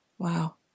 Wow